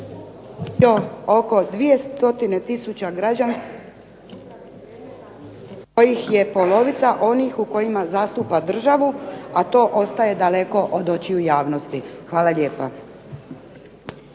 ne čuje se./... pa ih je polovica onih u kojima zastupa državu a to ostaje daleko od očiju javnosti. Hvala lijepa.